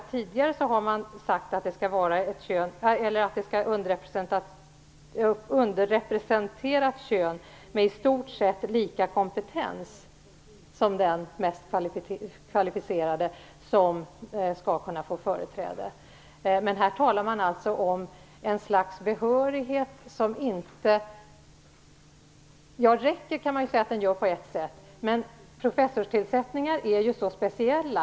Tidigare har man sagt att en person av underrepresenterat kön med i stort sett samma kompetens som den mest kvalificerade skall kunna få företräde. Men här talar man om ett slags behörighet som på ett sätt inte räcker. Professorstillsättningar är så speciella.